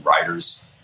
writers